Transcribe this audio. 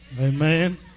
Amen